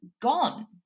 gone